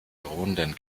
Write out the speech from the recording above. drohenden